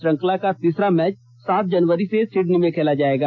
श्रृंखला का तीसरा मैच सात जनवरी से सिडनी में खेला जाएगा